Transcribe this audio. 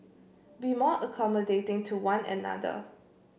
be more accommodating to one another